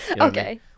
Okay